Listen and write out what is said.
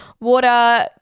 water